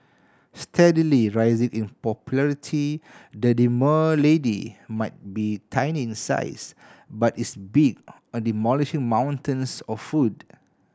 steadily rising in popularity the demure lady might be tiny in size but is big on demolishing mountains of food